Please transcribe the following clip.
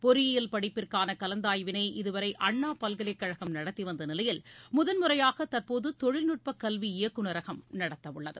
பொறியியல் படிப்புக்கான கலந்தாய்வினை இதுவரை அண்ணா பல்கலைக்கழகம் நடத்திவந்த நிலையில் முதன்முறையாக தற்போது தொழில்நுட்பக் கல்வி இயக்குனரகம் நடத்தவுள்ளது